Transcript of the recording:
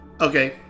okay